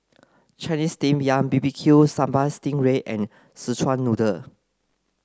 Chinese steamed yam B B Q sambal sting ray and Szechuan noodle